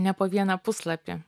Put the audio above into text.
ne po vieną puslapį